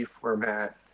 format